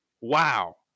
wow